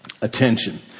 attention